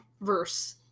verse